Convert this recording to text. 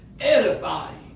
edifying